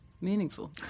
meaningful